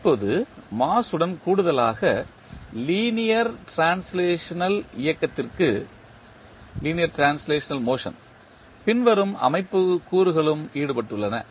இப்போது மாஸ் உடன் கூடுதலாக லீனியர் டிரான்ஸ்லேஷனல் இயக்கத்திற்கு பின்வரும் அமைப்பு கூறுகளும் ஈடுபட்டுள்ளன